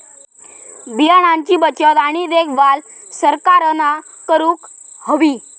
बियाणांची बचत आणि देखभाल सरकारना करूक हवी